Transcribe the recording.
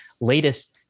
latest